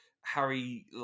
Harry